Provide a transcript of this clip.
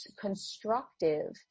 constructive